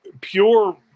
pure